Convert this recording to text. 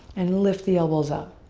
and lift the elbows up.